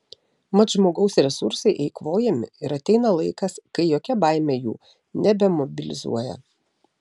mat žmogaus resursai eikvojami ir ateina laikas kai jokia baimė jų nebemobilizuoja